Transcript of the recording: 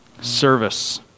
service